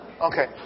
Okay